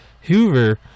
Hoover